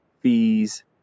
fees